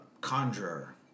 conjurer